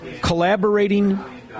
collaborating